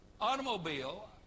automobile